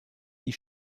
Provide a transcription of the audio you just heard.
die